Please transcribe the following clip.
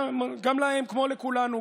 גם להם כמו לכולנו,